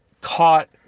caught